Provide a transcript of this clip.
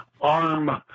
arm